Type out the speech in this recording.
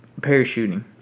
parachuting